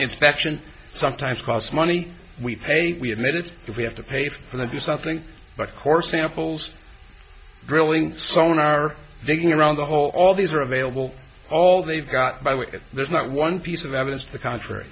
inspection sometimes costs money we pay we have minutes if we have to pay for the do something but core samples drilling someone are digging around the hole all these are available all they've got by with it there's not one piece of evidence to the contr